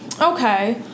Okay